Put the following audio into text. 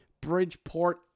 Bridgeport